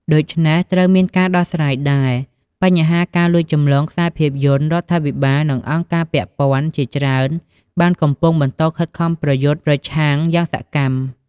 ដូច្នេះត្រូវមានការដោះស្រាយដែរ បញ្ហាការលួចចម្លងខ្សែភាពយន្ត រដ្ឋាភិបាល និងអង្គការពាក់ព័ន្ធជាច្រើនបាននិងកំពុងបន្តខិតខំប្រយុទ្ធប្រឆាំងយ៉ាងសកម្ម។